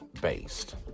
based